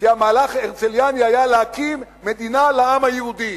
כי המהלך ההרצליאני היה להקים מדינה לעם היהודי.